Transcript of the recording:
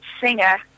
singer